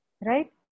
right